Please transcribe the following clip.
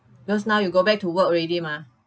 because now you go back to work already mah